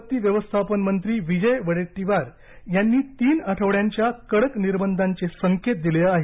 आपत्ती व्यवस्थापन मंत्री विजय वडेझीवार यांनी तीन आठवड़यांच्या कडक निर्बंधांपे संकेत दिले आहेत